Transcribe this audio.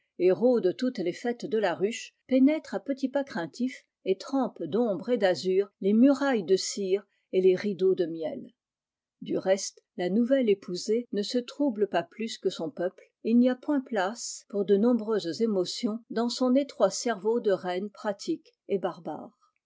héros de toutes les fêtes de la ruche pénètre à petits pas craintifs et trempe d'ombre et d'azur les murailles de cire et les rideaux de miel du reste la nouvelle épousée ne se trouble pas plus que son peuple et il n'y a point place pour de nombreuses émotions dans son étroit cerveau de reine pratique et barbare